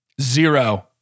Zero